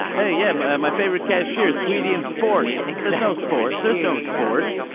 yeah, yeah. my favorite cashier, swedien sport except ah sport. there's no sport.